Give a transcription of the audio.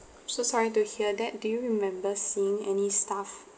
so sorry to hear that do you remember seeing any staff